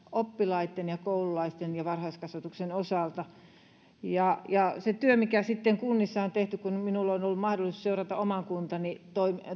oppilaitten ja koululaisten ja varhaiskasvatuksen osalta se työ mikä sitten kunnissa on tehty minulla on ollut mahdollisuus seurata oman kuntani